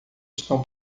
estão